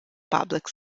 public